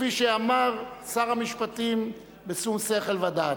כפי שאמר שר המשפטים בשום שכל ודעת.